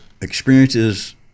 experiences